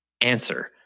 Answer